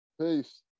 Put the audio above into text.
Peace